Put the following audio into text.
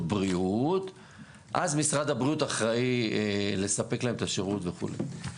בריאות אז משרד הבריאות אחראי לספק להם את השירות וכו'.